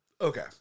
Okay